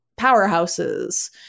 powerhouses